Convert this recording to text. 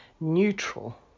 neutral